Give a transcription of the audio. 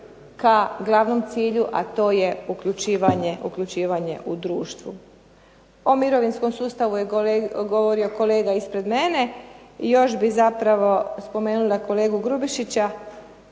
ka glavnom cilju, a to je uključivanje u društvu. O mirovinskom sustavu je govorio kolega ispred mene. I još bi spomenula kolegu Grubišića